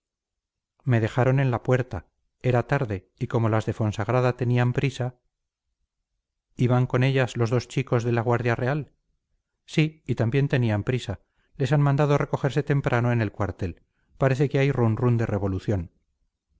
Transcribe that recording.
me dejaron en la puerta era tarde y como las de fonsagrada tenían prisa iban con ellas los dos chicos de la guardia real sí y también tenían prisa les han mandado recogerse temprano en el cuartel parece que hay run run de revolución